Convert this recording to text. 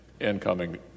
incoming